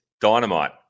Dynamite